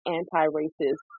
anti-racist